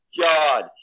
god